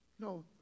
no